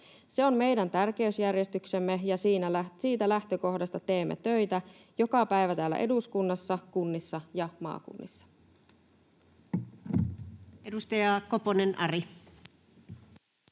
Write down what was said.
Se on meidän tärkeysjärjestyksemme, ja siitä lähtökohdasta teemme töitä joka päivä täällä eduskunnassa, kunnissa ja maakunnissa. [Speech